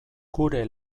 gure